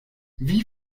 wie